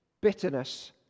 bitterness